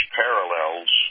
parallels